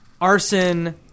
Arson